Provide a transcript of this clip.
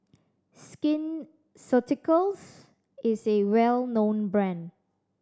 Skin Ceuticals is a well known brand